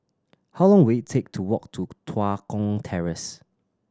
how long will it take to walk to Tua Kong Terrace